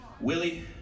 Willie